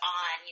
on